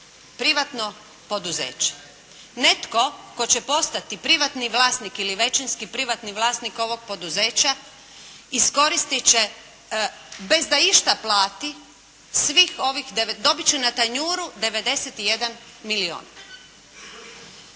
privatno poduzeće. Netko tko će postati privatni vlasnik ili većinski privatni vlasnik ovog poduzeća iskoristit će bez da išta plati svih ovih, dobit će na tanjuru 91 milijun.